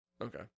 Okay